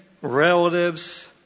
relatives